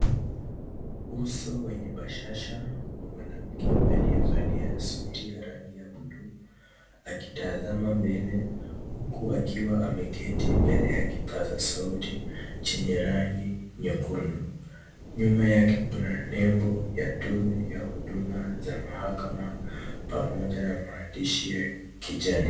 Uso wenye bashasha wa mwanamke aliyevalia suti ya buluu akitazama mbele huku akiwa ameketi mbele ya kipaza sauti chenye rangi nyekundu. Nyuma yake kuna nembo ya tume ya huduma za mahakama pamoja na maandishi ya kijani.